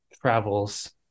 travels